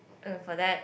uh for that